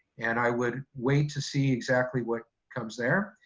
and i would wait to see exactly what comes there.